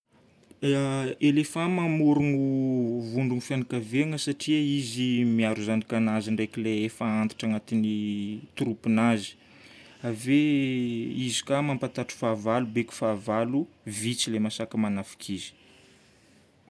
Eléphant mamorogno vondron'ny fianakaviagna satria izy miaro zanakanazy ndraika le efa antitra agnatin'ny tropinazy. Ave izy koa mampatahotra fahavalo. Beko fahavalo, vitsy lay mahasaky magnafika izy.